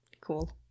cool